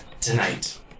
Tonight